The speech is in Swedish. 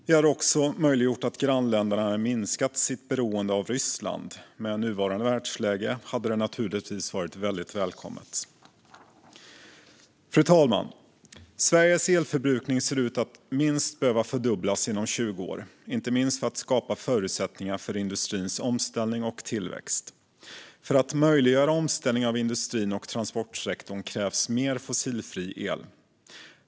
Det hade också möjliggjort att grannländerna hade kunnat minska sitt beroende av Ryssland. Med nuvarande världsläge hade det naturligtvis varit mycket välkommet. Fru talman! Sveriges elförbrukning ser ut att minst behöva fördubblas inom 20 år, inte minst för att skapa förutsättningar för industrins omställning och tillväxt. För att möjliggöra omställningen av industrin och transportsektorn krävs mer fossilfri el.